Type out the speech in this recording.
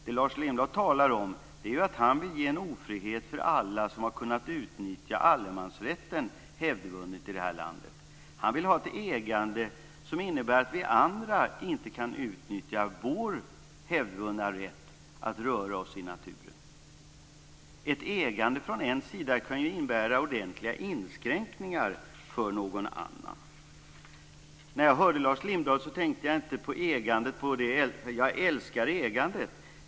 Det Lars Lindblad talar om är att han vill ge en ofrihet för alla som hävdvunnet i detta land har kunnat utnyttja allemansrätten. Han vill ha ett ägande som innebär att vi andra inte kan utnyttja får hävdvunna rätt att röra oss i naturen. Ett ägande från en sida kan innebära ordentliga inskränkningar för någon annan. Lars Lindblad sade: Jag älskar ägandet.